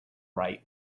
right